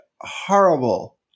horrible